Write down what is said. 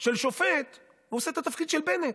של שופט הוא עושה את התפקיד של בנט.